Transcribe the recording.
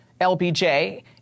LBJ